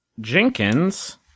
jenkins